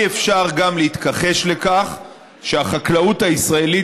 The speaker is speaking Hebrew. גם אי-אפשר להתכחש לכך שהחקלאות הישראלית,